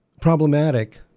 problematic